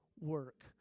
work